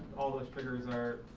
all the triggers